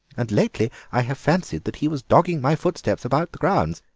and lately i have fancied that he was dogging my footsteps about the grounds,